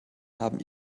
haben